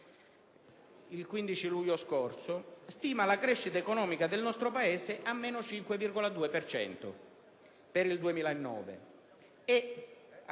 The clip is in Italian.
il 15 luglio scorso stima la crescita economica del nostro Paese a meno 5,2 per cento